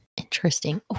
interesting